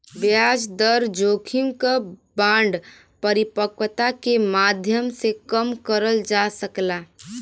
ब्याज दर जोखिम क बांड परिपक्वता के माध्यम से कम करल जा सकला